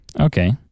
Okay